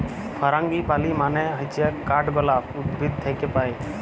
ফারাঙ্গিপালি মানে হচ্যে কাঠগলাপ উদ্ভিদ থাক্যে পায়